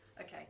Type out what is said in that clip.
Okay